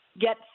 get